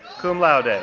cum laude, and